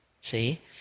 See